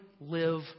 live